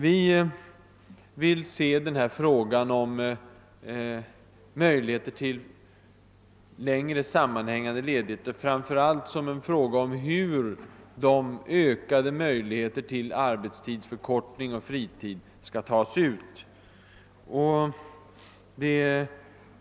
Vi vill se denna fråga om en längre sammanhängande ledighet framför allt som en fråga om hur de ökade möjligheterna till arbetstidsförkortning och längre fritid skall utnyttjas.